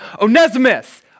Onesimus